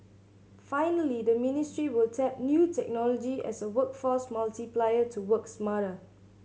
finally the ministry will tap new technology as a workforce multiplier to work smarter